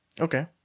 Okay